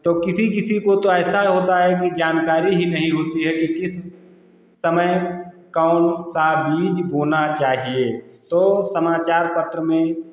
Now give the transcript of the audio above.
तो किसी किसी को तो ऐसा होता है कि जानकारी ही नहीं होती है कि किस समय कौन सा बीज बोना चाहिए तो समाचार पत्र में